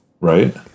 right